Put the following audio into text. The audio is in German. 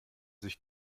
sich